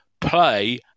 play